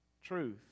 Truth